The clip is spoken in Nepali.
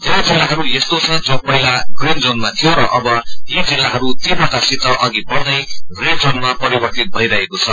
वेरै जिल्लाहरू यस्तो छ जो पहिला ग्रीन जोनमा थियो र अव यी जिल्लाहरू तीव्रतासित अघि बढ़दै रेड जोनमा परिवर्तित भइरहेको छ